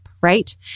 right